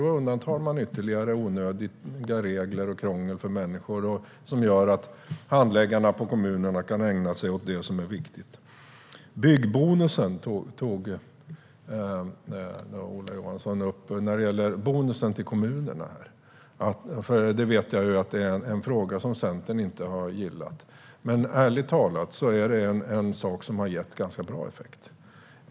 Då undantar man nämligen ytterligare onödiga regler och krångel för människor, vilket gör att handläggarna på kommunerna kan ägna sig åt det som är viktigt. Ola Johansson tog upp byggbonusen till kommunerna. Jag vet att Centern inte har gillat den. Men ärligt talat är det något som har gett ganska bra effekt.